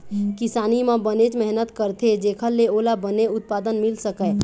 किसानी म बनेच मेहनत करथे जेखर ले ओला बने उत्पादन मिल सकय